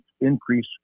increase